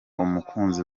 umukunzi